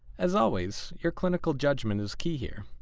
as always, your clinical judgement is key here,